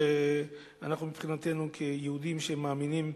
ואנחנו מבחינתנו, כיהודים שמאמינים,